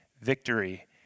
victory